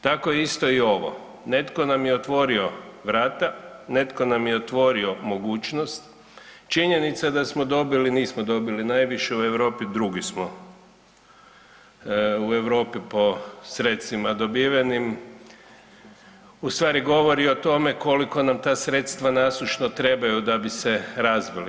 Tako isto ovo, netko nam je otvorio vrata, netko nam je otvorio mogućnost, činjenica da smo dobili, nismo dobili najviše u Europi, drugi smo u Europi po sredstvima dobivenim, u stvari govori o tome koliko nam ta sredstva nasušno trebaju da bi se razvili.